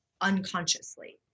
unconsciously